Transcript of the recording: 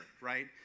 right